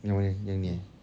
yang mana yang ni eh